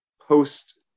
post